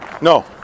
No